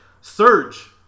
Surge